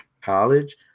college